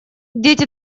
дети